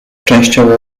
częściowo